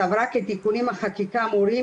סברה כי תיקוני החקיקה האמורים,